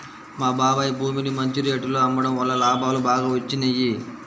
మా బాబాయ్ భూమిని మంచి రేటులో అమ్మడం వల్ల లాభాలు బాగా వచ్చినియ్యి